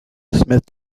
smith